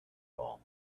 all